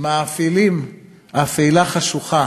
מאפילים אפלה חשוכה